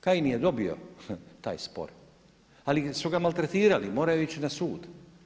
Kajin je dobio taj spor, ali su ga maltretirali, morao je ići na sud.